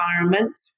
environment